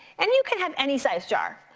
and you can have any size jar.